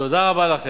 תודה רבה לכם.